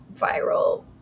viral